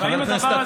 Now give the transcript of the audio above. האם הדבר הזה,